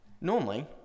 Normally